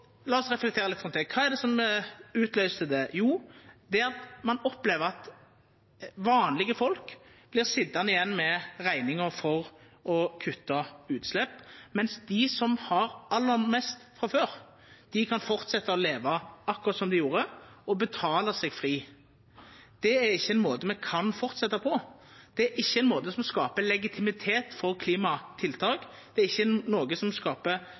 La oss reflektera litt rundt det. Kva var det som utløyste det? Jo, ein opplevde at vanlege folk vart sitjande att med rekninga for å kutta utslepp, medan dei som hadde aller mest frå før, kunne fortsetja å leva akkurat som dei gjorde, og betala seg fri. Det er ikkje ein måte me kan fortsetja på. Det er ikkje ein måte som skaper legitimitet for klimatiltak. Det er ikkje ein måte som